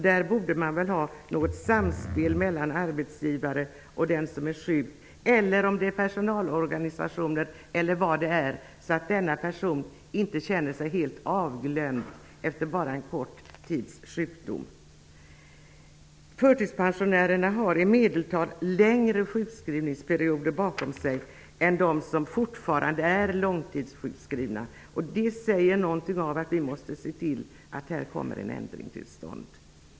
Där borde man ha ett samspel mellan arbetsgivare och den som är sjuk, eller personalorganisationer, så att denna person inte skall känna sig helt bortglömd efter bara en kort tids sjukdom. Förtidspensionärerna har i medeltal längre sjukskrivningsperioder bakom sig än de som fortfarande är långtidssjukskrivna. Det säger att vi måste se till att det kommer en ändring tillstånd.